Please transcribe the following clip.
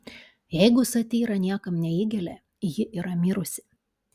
jeigu satyra niekam neįgelia ji yra mirusi